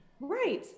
Right